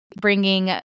bringing